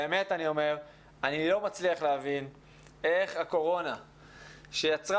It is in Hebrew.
באמת אני לא מצליח להבין איך הקורונה שיצרה